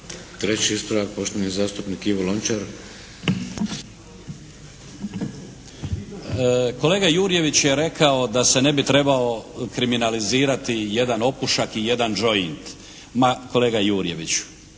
**Lončar, Ivan (Nezavisni)** Kolega Jurjević je rekao da se ne bi trebao kriminalizirati jedan opušak i jedan "joint". Ma kolega Jurjeviću